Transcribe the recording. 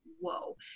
whoa